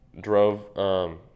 drove